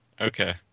Okay